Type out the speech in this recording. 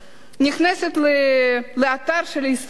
נכנסתי לאתר של ההסתדרות,